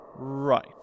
Right